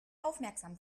aufmerksam